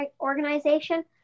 organization